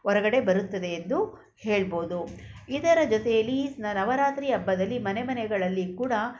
ಹೊರಗಡೆ ಬರುತ್ತದೆ ಎಂದು ಹೇಳ್ಬೌದು ಇದರ ಜೊತೆಯಲ್ಲಿ ನವರಾತ್ರಿ ಹಬ್ಬದಲ್ಲಿ ಮನೆ ಮನೆಗಳಲ್ಲಿ ಕೂಡ